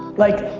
like,